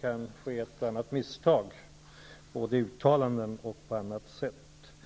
kan ske ett och annat misstag -- både genom uttalanden och på annat sätt.